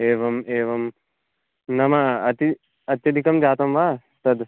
एवम् एवं नाम अति अत्यधिकं जातं वा तद्